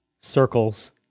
circles